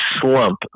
slump